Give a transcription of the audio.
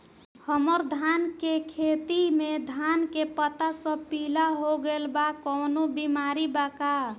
हमर धान के खेती में धान के पता सब पीला हो गेल बा कवनों बिमारी बा का?